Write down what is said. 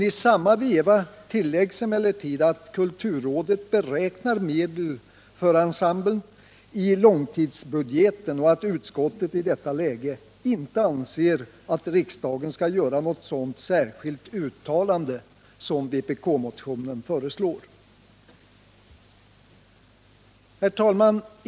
I samma veva tilläggs emellertid att kulturrådet beräknar medel för ensemblen i långtidsbudgeten och att utskottet i detta läge inte anser att riksdagen skall göra något sådant särskilt uttalande som vpk-motionen föreslår.